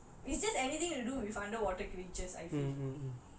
so தண்ணீரிலே:thannirlaye I'll just die lah